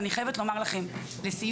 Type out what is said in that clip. אני חייבת לומר לכם לסיום.